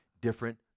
different